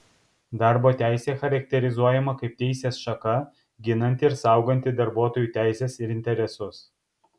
darbo teisė charakterizuojama kaip teisės šaka ginanti ir sauganti darbuotojų teises ir interesus